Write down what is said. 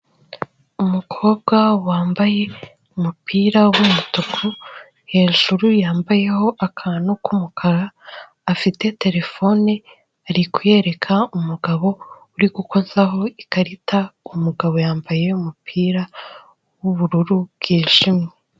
Umukobwa wambaye umupira w'umutuku hejuru yambayeho akantu k'umukara afite terefone ari kuyereka umugabo uri gukozaho ikarita umugabo yambaye umupira w'ubururu bwijimye.